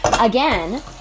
again